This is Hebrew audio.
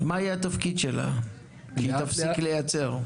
מה יהיה התפקיד שלה כשהיא תפסיק לייצר?